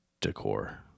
decor